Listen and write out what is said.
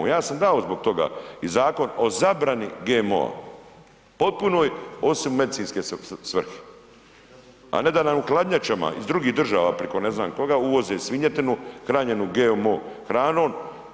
Ja sam dao zbog toga i Zakon o zabrani GMO-a potpunoj osim medicinske svrhe, a ne da nam u hladnjačama iz drugih država preko ne znam koga uvoze svinjetinu hranjenu GMO hranom.